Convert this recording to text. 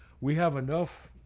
we have enough.